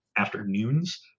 afternoons